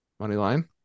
moneyline